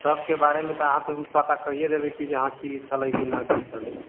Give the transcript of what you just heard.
सबके बारेमे तऽ अहाँ पता कहिए देबै कि छलए कि नहि छलए